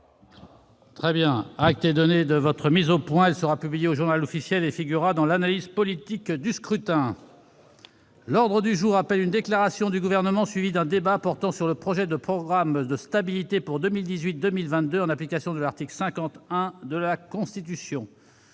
Acte vous est donné de cette mise au point, mon cher collègue. Elle sera publiée au et figurera dans l'analyse politique du scrutin. L'ordre du jour appelle une déclaration du Gouvernement, suivie d'un débat, portant sur le projet de programme de stabilité pour 2018-2022, en application de l'article 50-1 de la Constitution.